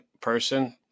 person